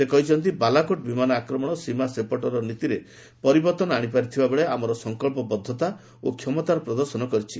ସେ କହିଛନ୍ତି ବାଲାକୋଟ ବିମାନ ଆକ୍ରମଣ ସୀମା ସେପଟର ନୀତିରେ ପରିବର୍ତ୍ତନ ଆଶିପାରିଥିବାବେଳେ ଆମର ସଂକଳ୍ପବଦ୍ଧତା ଓ କ୍ଷମତାର ପ୍ରଦର୍ଶନ କରିଛି